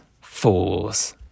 Fools